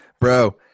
bro